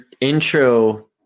intro